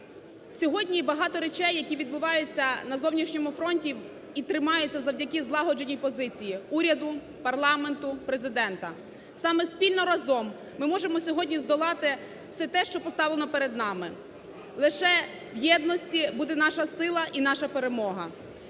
Сьогодні багато речей, які відбуваються на зовнішньому фронті і тримаються завдяки злагодженій позиції уряду, парламенту, Президента. Саме спільно, разом, ми можемо сьогодні здолати все те, що поставлено перед нами, лише в єдності буде наша сила і наша перемога.